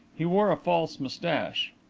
he wore a false moustache.